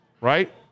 Right